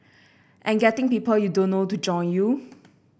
and getting people you don't know to join you